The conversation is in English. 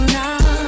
now